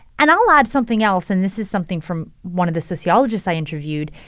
and i'll add something else. and this is something from one of the sociologists i interviewed.